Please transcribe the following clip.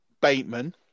Bateman